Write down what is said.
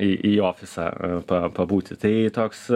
į į ofisą pabūti tai toks